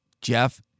Jeff